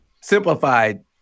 simplified